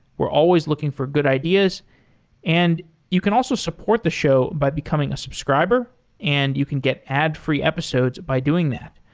we're always looking for good ideas and you can also support the show by becoming a subscriber and you can get ad-free episodes by doing that.